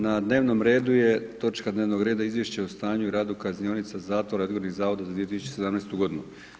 Na dnevnom redu je točka dnevnog reda Izvješće o stanju i radu kaznionica zatvora i odgojnih zavoda za 2017. godinu.